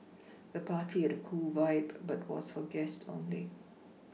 the party had a cool vibe but was for guest only